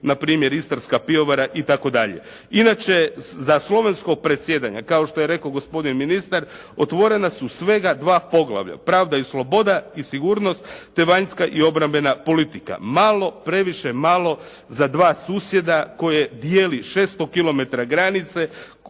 npr. "Istarska pivovara" itd. Inače za Slovensko predsjedanje, kao što je rekao gospodin ministar, otvorena su svega dva poglavlja. Pravda i sloboda i sigurnost, te vanjska i obrambena politika. Malo previše, malo za dva susjeda koje dijeli 600 km granice,